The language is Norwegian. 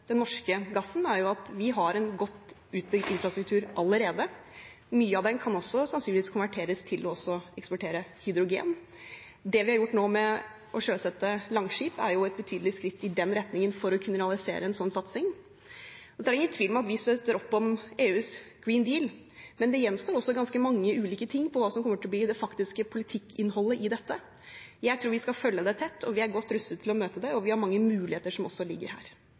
godt utbygd infrastruktur allerede. Mye av den kan sannsynligvis konverteres til også å eksportere hydrogen. Det vi har gjort nå med å sjøsette Langskip, er et betydelig skritt i den retningen, mot å kunne realisere en slik satsing. Det er ingen tvil om at vi støtter opp om EUs Green Deal, men det gjenstår ganske mange ulike ting med tanke på hva som kommer til å bli det faktiske politikkinnholdet i dette. Jeg tror vi skal følge det tett, og vi er godt rustet til å møte det, og vi har mange muligheter, som også ligger her.